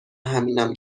همینم